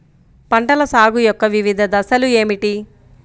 పంటల సాగు యొక్క వివిధ దశలు ఏమిటి?